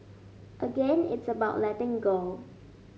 again it's about letting go